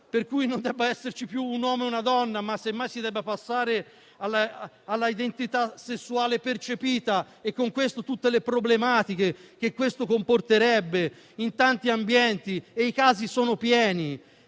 per cui non devono più esserci un uomo e una donna, ma semmai si deve passare all'identità sessuale percepita, con tutte le problematiche che questo comporterebbe in tanti ambienti. Ci sono